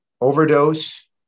overdose